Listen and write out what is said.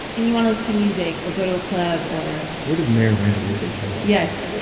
and you want to listen to music or go to a club or. where does mayor randall woodfin turn up? yes